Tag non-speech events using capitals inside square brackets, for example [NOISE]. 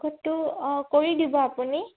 [UNINTELLIGIBLE] অঁ কৰি দিব আপুনি